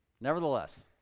nevertheless